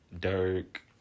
Dirk